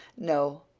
no.